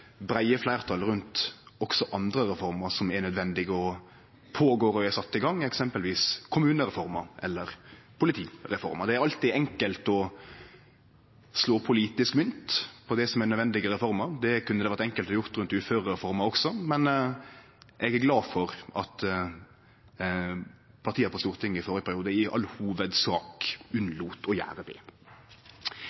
breie fleirtal rundt også andre reformer som er nødvendige, og som er sette i gang, eksempelvis kommunereforma eller politireforma. Det er alltid enkelt å slå politisk mynt på det som er nødvendige reformer. Det kunne det vore enkelt å gjere rundt uførereforma også, men eg er glad for at partia på Stortinget i førre periode i all hovudsak